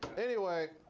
anyway,